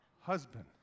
husband